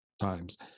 times